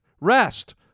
rest